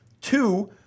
Two